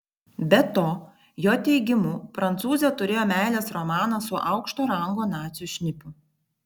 be to jo teigimu prancūzė turėjo meilės romaną su aukšto rango nacių šnipu